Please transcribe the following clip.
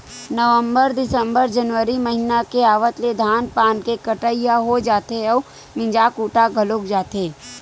नवंबर, दिंसबर, जनवरी महिना के आवत ले धान पान के कटई ह हो जाथे अउ मिंजा कुटा घलोक जाथे